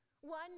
One